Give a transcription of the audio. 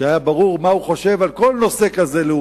שהיה ברור מה הוא חושב על כל נושא לאומי